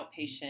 outpatient